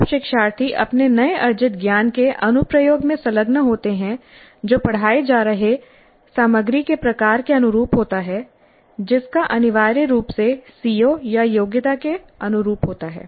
जब शिक्षार्थी अपने नए अर्जित ज्ञान के अनुप्रयोग में संलग्न होते हैं जो पढ़ाए जा रहे सामग्री के प्रकार के अनुरूप होता है जिसका अनिवार्य रूप से सीओ या योग्यता के अनुरूप होता है